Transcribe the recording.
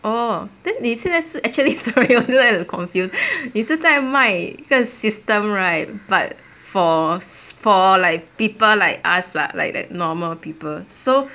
orh then 你现在是 actually sorry 我现在很 confused 你是在卖 system right but for for like people like us lah like the normal people so